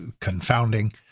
confounding